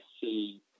see